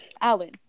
Alan